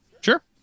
Sure